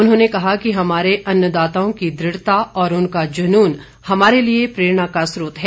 उन्होंने कहा कि हमारे अन्नदाताओं की दृढ़ता और उनका जुनून हमारे लिए प्रेरणा का स्रोत है